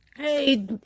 Hey